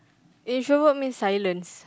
introvert means silence